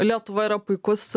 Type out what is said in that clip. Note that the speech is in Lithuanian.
lietuva yra puikus